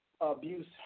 abuse